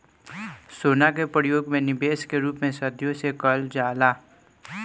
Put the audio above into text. सोना के परयोग निबेश के रूप में सदियों से कईल जाला